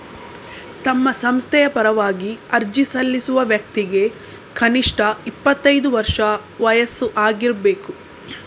ತಮ್ಮ ಸಂಸ್ಥೆಯ ಪರವಾಗಿ ಅರ್ಜಿ ಸಲ್ಲಿಸುವ ವ್ಯಕ್ತಿಗೆ ಕನಿಷ್ಠ ಇಪ್ಪತ್ತೈದು ವರ್ಷ ವಯಸ್ಸು ಆಗಿರ್ಬೇಕು